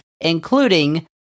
including